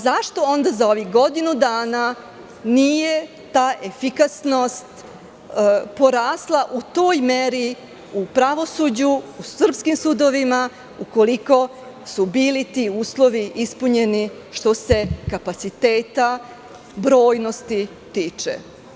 Zašto onda za ovih godinu dana nije ta efikasnost porasla u toj meri u pravosuđu, u srpskim sudovima, ukoliko su bili ti uslovi ispunjeni, što se kapaciteta i brojnosti tiče.